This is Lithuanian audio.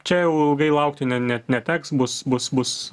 čia jau ilgai laukti ne ne neteks bus bus bus